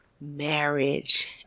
marriage